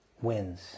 wins